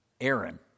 Aaron